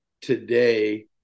today